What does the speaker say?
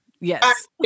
Yes